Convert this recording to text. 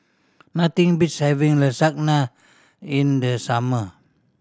nothing beats having Lasagne in the summer